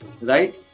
right